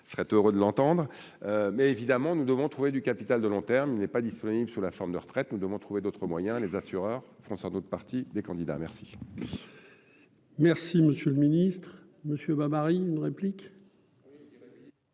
il serait heureux de l'entendre, mais évidemment, nous devons trouver du capital de long terme n'est pas disponible sous la forme de retraite, nous devons trouver d'autres moyens, les assureurs feront sans doute partie des candidats merci. Merci, Monsieur le Ministre Monsieur bah Marie une réplique.